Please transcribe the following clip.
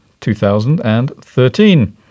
2013